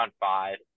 Five